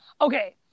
okay